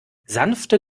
sanfte